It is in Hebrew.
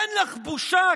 אין לך בושה?